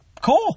Cool